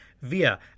via